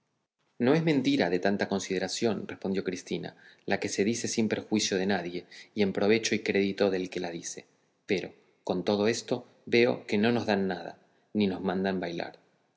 no es mentira de tanta consideración respondió cristina la que se dice sin perjuicio de nadie y en provecho y crédito del que la dice pero con todo esto veo que no nos dan nada ni nos mandan bailar